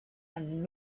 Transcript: and